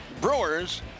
Brewers